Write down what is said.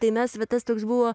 tai mes va tas toks buvo